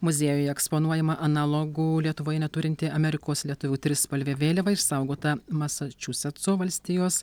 muziejuje eksponuojama analogų lietuvoje neturinti amerikos lietuvių trispalvė vėliava išsaugota masačusetso valstijos